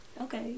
Okay